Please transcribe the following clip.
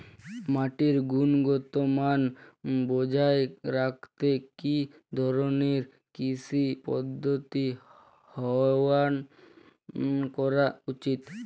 মাটির গুনগতমান বজায় রাখতে কি ধরনের কৃষি পদ্ধতি গ্রহন করা উচিৎ?